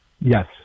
Yes